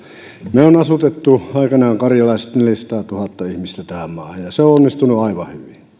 me olemme asuttaneet aikanaan karjalaiset neljäsataatuhatta ihmistä tähän maahan ja se on onnistunut aivan hyvin